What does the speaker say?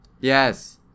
Yes